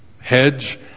hedge